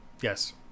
yes